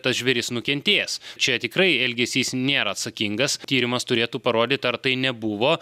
tas žvėris nukentės čia tikrai elgesys nėra atsakingas tyrimas turėtų parodyt ar tai nebuvo